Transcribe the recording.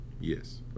yes